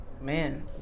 man